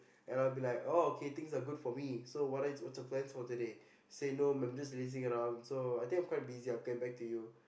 and I'll be like oh okay things are good for me so what are you what's your plans today say no I'm just lazing around so I think I'm quite busy I'll get back to you